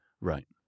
right